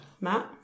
Matt